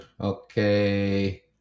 okay